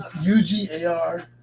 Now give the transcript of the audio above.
u-g-a-r